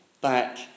back